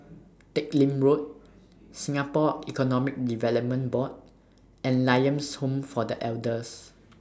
Teck Lim Road Singapore Economic Development Board and Lions Home For The Elders